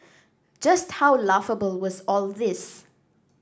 just how laughable was all this